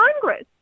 Congress